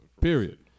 Period